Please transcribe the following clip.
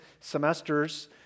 semester's